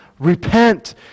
Repent